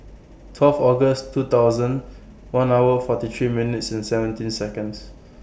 twelve August two thousand one hour forty three minutes and seventeen Seconds